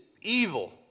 evil